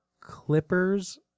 Clippers